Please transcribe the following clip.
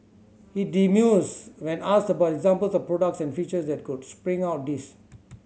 he demurs when asked about examples of products and features that could spring out of this